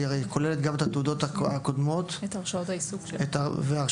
שכוללת גם את התעודות הקודמות ואת הרשאות העיסוק בהתאם.